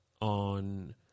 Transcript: on